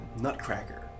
nutcracker